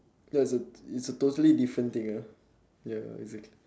no it's a it's a totally different thing ah ya exactly